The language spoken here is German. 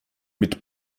mit